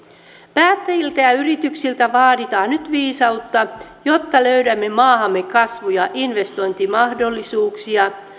päättäjiltä ja yrityksiltä vaaditaan nyt viisautta jotta löydämme maahamme kasvu ja investointimahdollisuuksia